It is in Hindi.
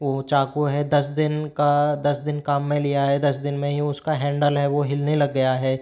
वो चाकू है दस दिन का दस दिन काम में लिया है दस दिन में ही उसका हैंडल है वो हिलने लग गया है